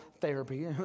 therapy